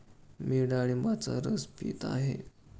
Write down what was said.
मी डाळिंबाचा रस पीत आहे